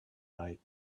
night